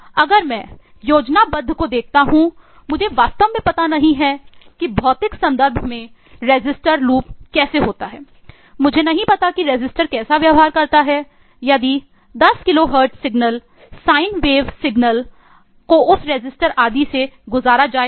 अगर मैं योजनाबद्ध को देखता हूं मुझे वास्तव में पता नहीं है कि भौतिक संदर्भ में रजिस्टर आदि से गुजारा जाए तो